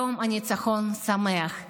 יום ניצחון שמח.